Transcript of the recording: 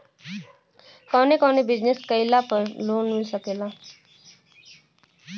कवने कवने बिजनेस कइले पर लोन मिल सकेला?